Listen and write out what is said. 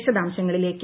വിശദാംശങ്ങളിലേക്ക്